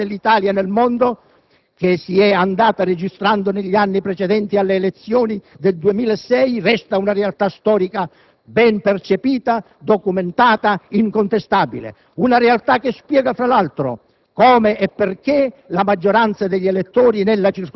Ma il progressivo degrado dell'immagine istituzionale dell'Italia nel mondo che si è andata registrando negli anni precedenti alle elezioni del 2006 resta una realtà storica ben percepita, documentata, incontestabile. Una realtà che spiega fra l'altro